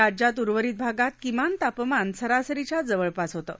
राज्यात उर्वरित भागात किमान तापमान सरासरीच्या जवळपास होतं